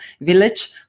village